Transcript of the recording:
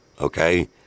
okay